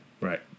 Right